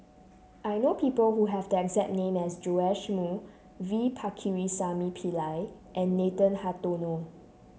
I know people who have the exact name as Joash Moo V Pakirisamy Pillai and Nathan Hartono